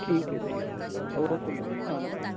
ਠੀਕ ਹੈ ਜੀ ਠੀਕ ਹੈ ਓਕੇ ਮੈਮ ਧੰਨਵਾਦ ਜੀ